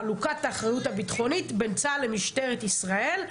חלוקת האחריות הביטחונית בין צה"ל למשטרת ישראל,